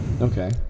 Okay